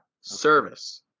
Service